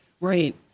Right